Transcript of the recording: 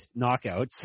knockouts